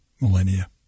millennia